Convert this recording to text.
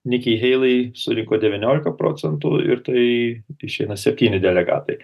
niki heilei surinko devynioliką procentų ir tai išeina septyni delegatai